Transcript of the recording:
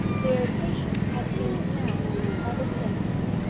their patient had been pronounced out of danger.